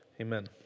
amen